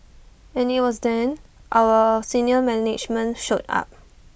and IT was then our senior management showed up